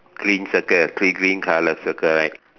green circle three green color circle right